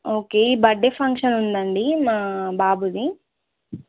okay birthday function ఉందండి మా బాబుది